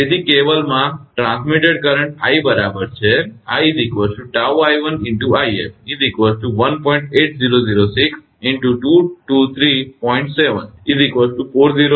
તેથી કેબલમાં પ્રસારિત કરંટ i બરાબર છે તેથી તે ખરેખર 402